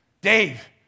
Dave